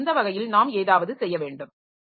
எனவே அந்த வகையில் நாம் ஏதாவது செய்ய வேண்டும்